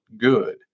good